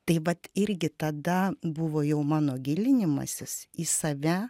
tai vat irgi tada buvo jau mano gilinimasis į save